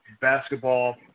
basketball